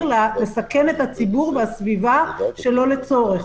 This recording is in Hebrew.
לסכן את הציבור ואת הסביבה שלא לצורך.